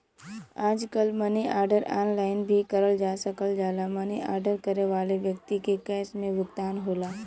आजकल money order online भी करल जा सकल जाला मनी आर्डर करे वाले व्यक्ति के कैश में भुगतान होला